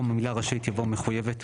במקום המילה 'רשאית' יבוא 'מחויבת'.